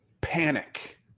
panic